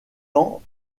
ans